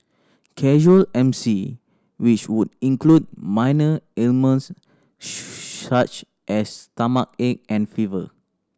casual M C which would include minor ailments such as stomachache and fever